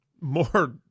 more